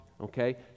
Okay